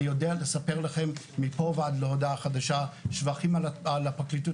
אני יודע לספר לכם מפה עד להודעה חדשה שבחים על הפרקליטות